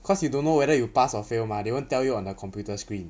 cause you don't know whether you pass or fail mah they won't tell you on a computer screen